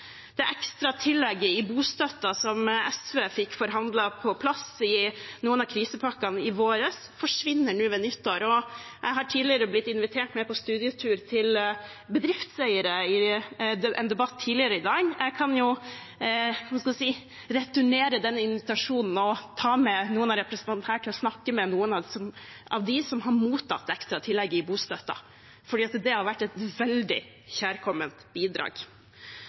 Det ekstra tillegget i bostøtte som SV fikk forhandlet på plass i noen av krisepakkene i våres, forsvinner nå ved nyttår. Jeg ble i en debatt tidligere i dag invitert med på studietur til bedriftseiere. Jeg kan jo returnere den invitasjonen og ta med noen av representantene til å snakke med noen av dem som har mottatt ekstra tillegg i bostøtten. Det har vært et veldig kjærkomment bidrag.